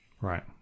Right